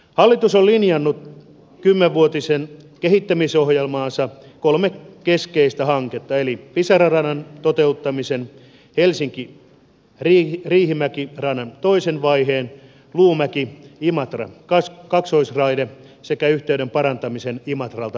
hallitus on linjannut kymmenvuotiseen kehittämisohjelmaansa kolme keskeistä hanketta eli pisara radan toteuttamisen helsinkiriihimäki radan toisen vaiheen luumäkiimatra kaksoisraiteen sekä yhteyden parantamisen imatralta venäjälle